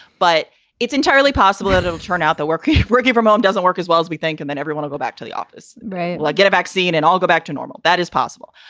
but it's entirely possible that it and turn out that workers working from home doesn't work as well as we think. and then everyone to go back to the office. right. like, get a vaccine and all go back to normal. that is possible.